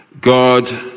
God